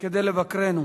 כדי לבקרנו,